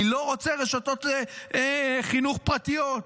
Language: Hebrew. אני לא רוצה רשתות חינוך פרטיות,